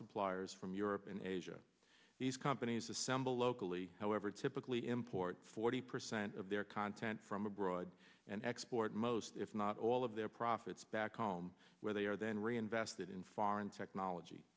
suppliers from europe and asia these companies assemble locally however typically imports forty percent of their content from abroad and export most if not all of their profits back home where they are then reinvested in foreign technology